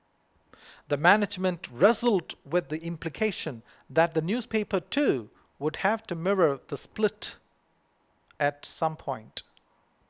the management wrestled with the implication that the newspaper too would have to mirror the split at some point